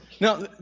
Now